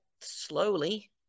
slowly